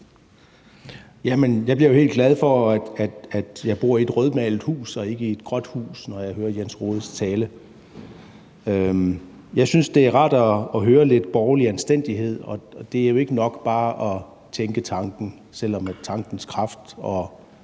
Jeg bliver jo helt glad for, at jeg bor i et rødmalet hus og ikke i et gråt hus, når jeg hører hr. Jens Rohdes tale. Jeg synes, det er rart at høre lidt borgerlig anstændighed, og det er jo ikke nok bare at tænke tanken, selv om tankens kraft, og